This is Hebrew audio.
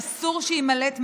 אסור שיימלט מהדין.